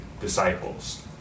disciples